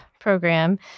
Program